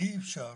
אי אפשר